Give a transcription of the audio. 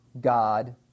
God